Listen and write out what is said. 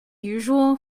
unusual